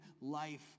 life